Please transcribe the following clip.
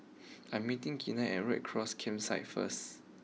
I am meeting Gina at Red Cross Campsite first